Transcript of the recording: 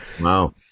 wow